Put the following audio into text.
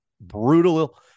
brutal